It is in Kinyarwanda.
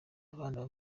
abana